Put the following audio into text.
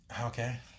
Okay